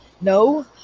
No